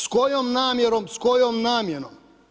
S kojom namjerom, s kojom namjenom?